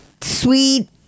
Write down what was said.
sweet